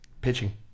pitching